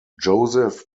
joseph